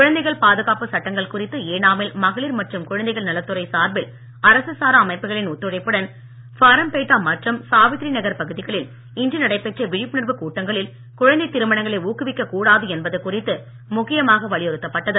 குழந்தைகள் பாதுகாப்பு சட்டங்கள் குறித்து ஏனாமில் மகளிர் மற்றும் குழந்தைகள் நலத்துறை சார்பில் அரசு சாரா அமைப்புகளின் ஒத்துழைப்புடன் ஃபரம்பேட்டா மற்றும் சாவிரித்திரி நகர் பகுதிகளில் இன்று நடைபெற்ற விழிப்புணர்வு கூட்டங்களில் குழந்தை திருமணங்களை ஊக்குவிக்க கூடாது என்பது குறித்து முக்கியமாக வலியுறுத்தப்பட்டது